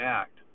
act